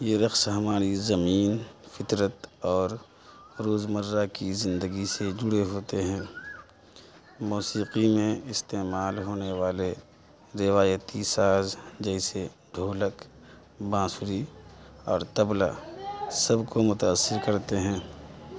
یہ رقص ہماری زمین فطرت اور روزمرہ کی زندگی سے جڑے ہوتے ہیں موسیقی میں استعمال ہونے والے روایتی ساز جیسے ڈھولک بانسری اور طبلہ سب کو متاثر کرتے ہیں